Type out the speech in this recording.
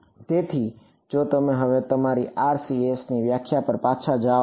તેથી જો તમે હવે તમારી RCS ની વ્યાખ્યા પર પાછા જાઓ